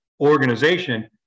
organization